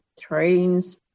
trains